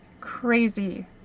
crazy